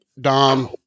Dom